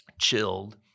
chilled